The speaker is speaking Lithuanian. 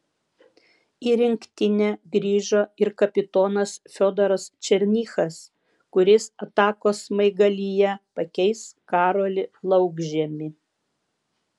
į rinktinę grįžo ir kapitonas fiodoras černychas kuris atakos smaigalyje pakeis karolį laukžemį